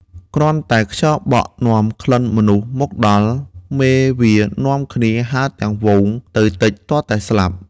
គ្រាន់តែខ្យល់បក់នាំក្លិនមនុស្សមកដល់ មេវានាំគ្នាហើរទាំងហ្វូងទៅទិចទាល់តែស្លាប់។